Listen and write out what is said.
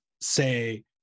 say